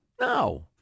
No